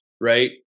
right